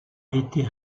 été